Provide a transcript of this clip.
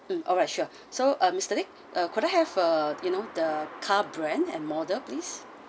um alright sure so um mister nick ah could I have uh you know the car brand and model please